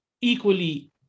equally